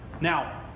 Now